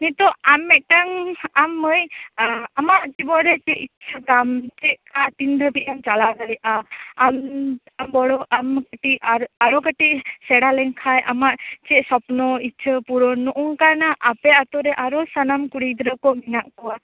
ᱱᱤᱛᱳᱜ ᱟᱢ ᱢᱤᱫᱴᱟᱝ ᱟᱢ ᱢᱟᱺᱭ ᱟᱢᱟᱜ ᱡᱤᱵᱚᱱ ᱨᱮ ᱪᱮᱫ ᱤᱪᱪᱷᱟ ᱛᱟᱢ ᱪᱮᱫᱞᱮᱠᱟ ᱛᱤᱱ ᱫᱷᱟ ᱵᱤᱡ ᱮᱢ ᱪᱟᱞᱟᱣ ᱫᱟᱲᱮᱭᱟᱜ ᱟ ᱟᱢ ᱵᱚᱲᱚ ᱟᱢ ᱠᱟ ᱴᱤᱡ ᱟᱨ ᱟᱨᱚ ᱠᱟ ᱴᱤᱡ ᱥᱮᱬᱟᱞᱮᱱᱠᱷᱟᱱ ᱟᱢᱟᱜ ᱪᱮᱫ ᱥᱚᱯᱱᱚ ᱤᱪᱪᱷᱟ ᱯᱩᱨᱟ ᱣ ᱱᱚᱝᱠᱟᱱᱟᱜ ᱟᱯᱮ ᱟ ᱛᱩᱨᱮ ᱟᱨᱦᱚᱸ ᱥᱟᱱᱟᱢ ᱠᱩᱲᱤ ᱜᱤᱫᱽᱨᱟ ᱠᱚ ᱢᱮᱱᱟᱜ ᱠᱚᱣᱟ ᱛᱚ